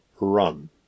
run